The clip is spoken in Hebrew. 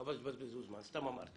חבל שתבזבזו זמן, סתם אמרתי.